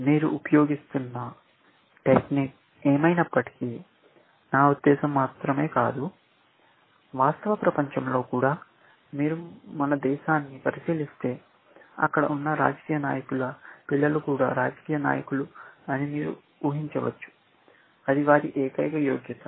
మీరు ఉపయోగిస్తున్న టెక్నిక్ ఏమైనప్పటికీ నా ఉద్దేశ్యం మాత్రమే కాదు వాస్తవ ప్రపంచంలో కూడా మీరు మన దేశాన్ని పరిశీలిస్తే అక్కడ ఉన్న రాజకీయ నాయకుల పిల్లలు కూడా రాజకీయ నాయకులు అని మీరు ఉహించవచ్చు అది వారి ఏకైక యోగ్యత